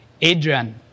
Adrian